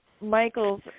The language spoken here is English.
Michael's